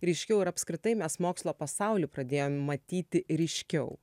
ryškiau ir apskritai mes mokslo pasaulį pradėjom matyti ryškiau